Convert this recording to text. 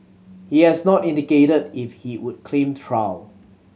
he has not indicated if he would claim trial